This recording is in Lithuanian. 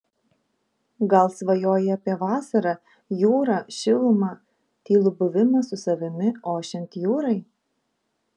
gal svajoji apie vasarą jūrą šilumą tylų buvimą su savimi ošiant jūrai